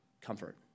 comfort